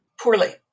Poorly